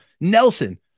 nelson